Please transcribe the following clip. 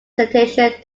citation